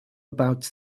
about